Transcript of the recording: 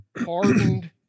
hardened